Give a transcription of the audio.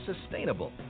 sustainable